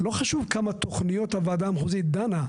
לא חשוב כמה תוכניות הוועדה המחוזית דנה.